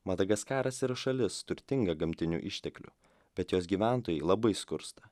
madagaskaras yra šalis turtinga gamtinių išteklių bet jos gyventojai labai skursta